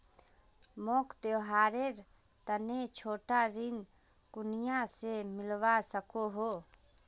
मोक त्योहारेर तने छोटा ऋण कुनियाँ से मिलवा सको हो?